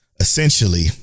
essentially